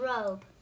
robe